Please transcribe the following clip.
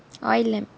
oil lamp